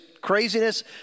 craziness